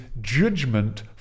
judgment